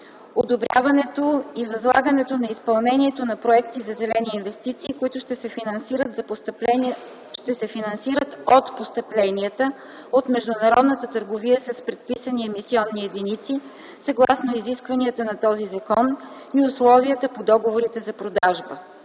одобряването и възлагането на изпълнението на проекти за зелени инвестиции, които ще се финансират от постъпленията от международната търговия с ПЕЕ съгласно изискванията на този закон и условията по договорите за продажба.